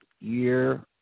year